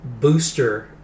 booster